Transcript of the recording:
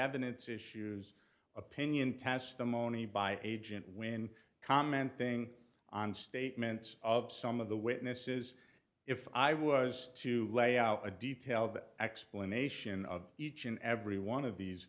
evidence issues opinion testimony by agent when commenting on statements of some of the witnesses if i was to lay out a detailed explanation of each and every one of these